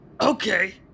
Okay